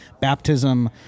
baptism